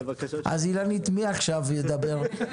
אז אילנית, מי ידבר עכשיו?